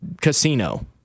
Casino